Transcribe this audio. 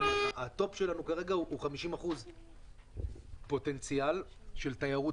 הטופ שלנו כרגע הוא 50% פוטנציאל של תיירות